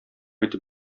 итеп